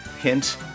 hint